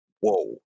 Whoa